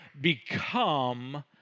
become